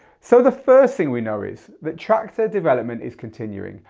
so the first thing we know is that traktor development is continuing.